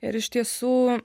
ir iš tiesų